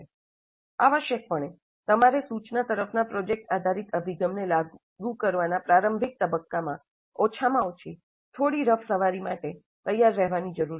આવશ્યકપણે તમારે સૂચના તરફના પ્રોજેક્ટ આધારિત અભિગમને લાગુ કરવાના પ્રારંભિક તબક્કામાં ઓછામાં ઓછી થોડી રફ સવારી માટે તૈયાર રહેવાની જરૂર છે